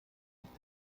nicht